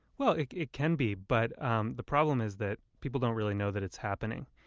well it it can be. but um the problem is that people don't really know that it's happening,